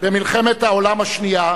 במלחמת העולם השנייה,